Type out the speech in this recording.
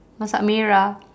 masak merah